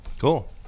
Cool